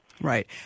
Right